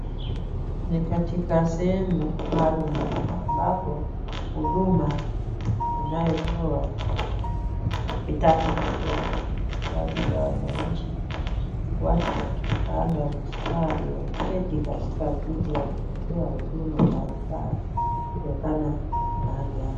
Ni katika sehemu maalum ambapo huduma inayotoa kitambulisho kwa ajili ya wananchi. Watu wakipanga mstari wakiketi katika viti vya kupokea huduma mbalimbali kutokana na mahali hapo.